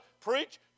preach